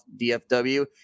DFW